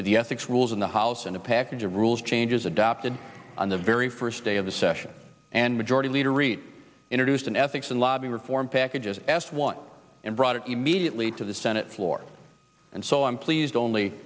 to the ethics rules in the house and a package of rules changes adopted on the very first day of the session and majority leader reid introduced an ethics and lobbying reform package as s one and brought it immediately to the senate floor and so i'm pleased only